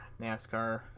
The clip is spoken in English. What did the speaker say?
NASCAR